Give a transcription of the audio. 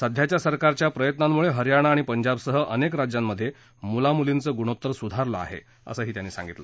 सध्याच्या सरकारच्या प्रयत्नांमुळे हरयाणा आणि पंजाबसह अनेक राज्यांमधे मुलामुलींचं गुणोत्तर सुधारलं आहे असं त्यांनी सांगितलं